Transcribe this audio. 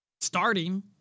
starting